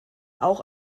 auch